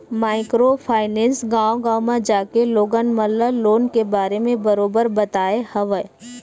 micro finance गाँव गाँव म जाके लोगन मन ल लोन के बारे म बरोबर बताय हवय